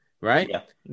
right